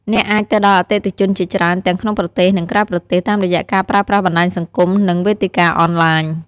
អ្នកអាចទៅដល់អតិថិជនជាច្រើនទាំងក្នុងប្រទេស និងក្រៅប្រទេស តាមរយៈការប្រើប្រាស់បណ្ដាញសង្គម និងវេទិកាអនឡាញ។